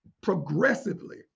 progressively